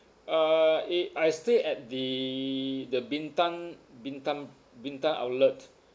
uh i~ I stay at the the bintang bintang bintang outlet